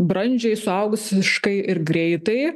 brandžiai suaugusiškai ir greitai